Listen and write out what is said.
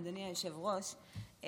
אדוני היושב-ראש,